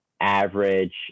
average